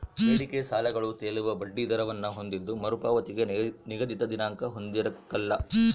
ಬೇಡಿಕೆ ಸಾಲಗಳು ತೇಲುವ ಬಡ್ಡಿ ದರವನ್ನು ಹೊಂದಿದ್ದು ಮರುಪಾವತಿಗೆ ನಿಗದಿತ ದಿನಾಂಕ ಹೊಂದಿರಕಲ್ಲ